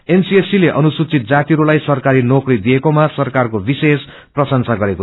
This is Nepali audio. एनसीएससी अनुसूचित जातिहरूलाई सरकारी नोकरी दिएकोमा सरकारको विशेष प्रशंसा गरयो